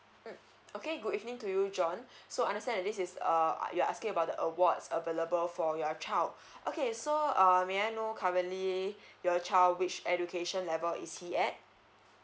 mm okay good evening to you john so understand this is uh you're asking about the awards available for your child okay so err may I know currently your child which education level is he at